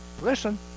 listen